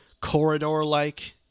corridor-like